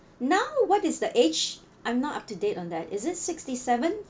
now what is the age I'm not up to date on that is it sixty-seven